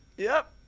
yep!